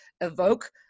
evoke